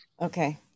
Okay